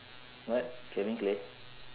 what can we play